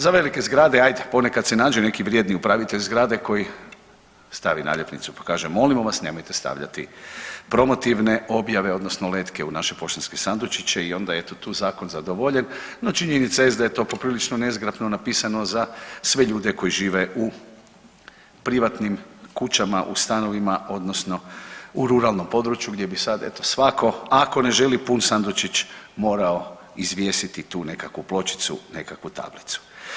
Za velike zgrade, ajde, ponekad se nađe neki vrijedni upravitelj zgrade koji stavi naljepnicu pa kaže molimo vas, nemojte stavljati promotivne objave odnosno letke u naše poštanske sandučiće i onda eto, tu je zakon zadovoljen, no činjenica jest da je to poprilično nezgrapno napisano za sve ljude koji žive u privatnim kućama, u stanovima, odnosno u ruralnom području, gdje bi sad eto, svatko ako ne želi pun sandučić morao izvjesiti tu nekakvu pločicu, nekakvu tablicu.